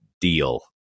deal